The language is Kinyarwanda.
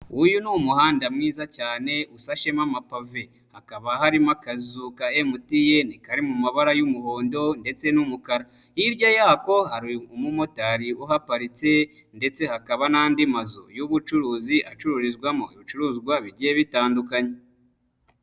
Uyu ni umuhanda mwiza cyane usashe mo amapave. Hakaba harimo akazu ka Emutiyeni kari mu mabara y'umuhondo ndetse n'umukara. Hirya yako hari umumotari uhaparitse ndetse hakaba n'andi mazu y'ubucuruzi, acururizwamo ibicuruzwa bigiye bitandukanye.